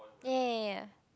ya ya ya